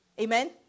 Amen